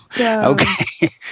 Okay